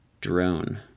drone